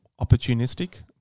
opportunistic